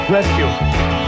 Rescue